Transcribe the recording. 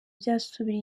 byasubira